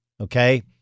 okay